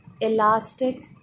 elastic